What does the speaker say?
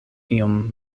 iom